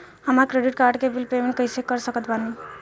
हमार credit card के bill payment कइसे कर सकत बानी?